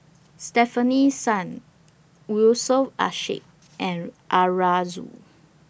Stefanie Sun Yusof Ishak and Arasu